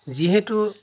যিহেতু